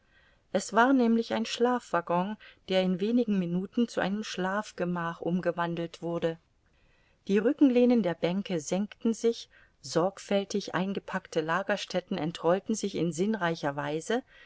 es war nämlich ein schlafwaggon der in wenigen minuten zu einem schlafgemach umgewandelt wurde die rücklehnen der bänke senkten sich sorgfältig eingepackte lagerstätten entrollten sich in sinnreicher weise